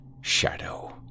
shadow